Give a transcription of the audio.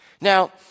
Now